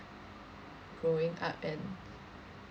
growing up and